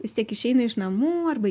vis tiek išeina iš namų arba